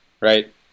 right